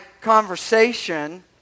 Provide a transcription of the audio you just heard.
conversation